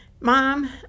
Mom